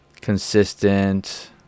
Consistent